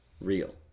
real